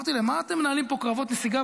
אמרתי להם: מה אתם מנהלים פה קרבות נסיגה